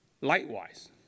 Likewise